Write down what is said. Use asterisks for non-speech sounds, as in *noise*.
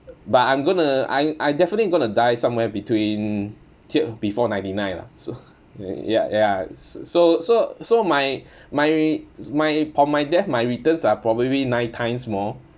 but I'm gonna I I definitely gonna die somewhere between ti~ before ninety nine lah so *laughs* ya ya s~ so so so my my my upon my death my returns are probably nine times more